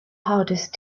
hardest